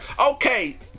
Okay